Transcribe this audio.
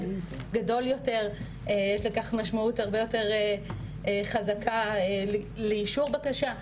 גדול יותר יש לכך משמעות הרבה יותר חזקה לאישור בקשה.